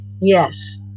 Yes